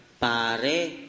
pare